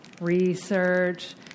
research